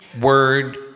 word